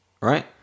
right